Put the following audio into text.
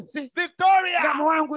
Victoria